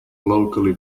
locally